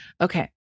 Okay